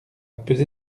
pesé